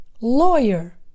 lawyer